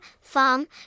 farm